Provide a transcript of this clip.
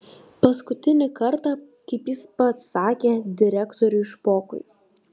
paskutinį kartą kaip jis pats sakė direktoriui špokui